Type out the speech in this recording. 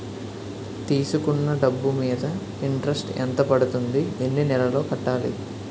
తీసుకున్న డబ్బు మీద ఇంట్రెస్ట్ ఎంత పడుతుంది? ఎన్ని నెలలో కట్టాలి?